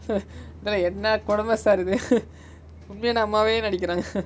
இதலா என்ன கொடும:ithala enna koduma sir இது:ithu உண்மயான அம்மாவே நடிகுராங்க:unmayana ammave nadikuranga